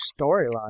storyline